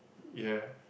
ya